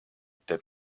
teeb